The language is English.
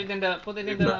and for the